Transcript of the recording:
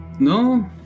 No